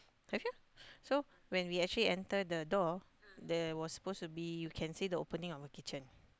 okay lor so when we actually enter the door there was supposed to be you can see the opening our kitchen